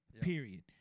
period